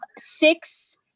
six